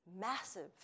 massive